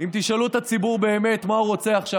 אם תשאלו את הציבור באמת מה הוא רוצה עכשיו,